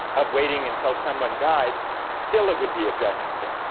of waiting until someone died still it would be objectionable.